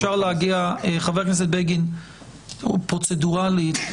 פרוצדורלית,